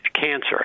cancer